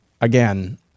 again